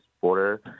border